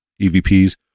EVPs